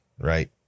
right